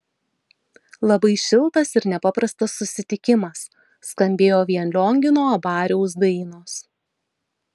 labai šiltas ir nepaprastas susitikimas skambėjo vien liongino abariaus dainos